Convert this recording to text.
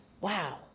Wow